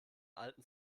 alten